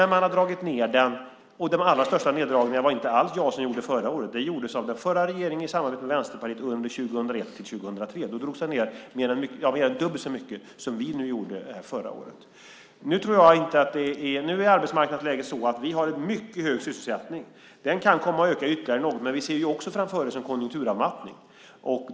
Nu har man dragit ned den. Det var inte alls jag som gjorde den allra största neddragningen. Den gjordes av den förra regeringen 2001-2003 i samarbete med Vänsterpartiet. Då drogs det ned mer än dubbelt så mycket som vi gjorde förra året. Nu är läget på arbetsmarknaden att vi har en mycket hög sysselsättning. Den kan öka ytterligare, men vi ser också en konjunkturavmattning.